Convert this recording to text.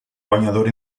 guanyador